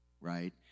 right